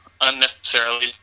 unnecessarily